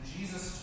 Jesus